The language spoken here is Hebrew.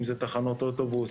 אם זה תחנות אוטובוס,